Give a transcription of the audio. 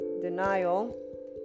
denial